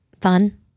Fun